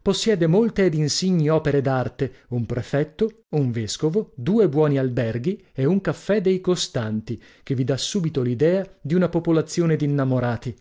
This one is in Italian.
possiede molte ed insigni opere d'arte un prefetto un vescovo due buoni alberghi e un caffè dei costanti che vi dà subito l'idea di una popolazione d'innamorati